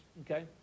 okay